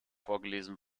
vorgelesen